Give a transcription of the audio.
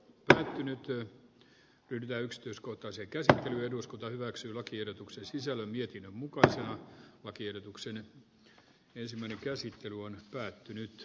tätä nykyä ydintä yksityiskohtaisen kesän eduskunta hyväksyi lakiehdotuksen sisällön mietinnön mukaan saa lakiehdotuksen ensimmäinen käsittely on päättynyt